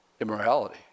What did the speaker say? immorality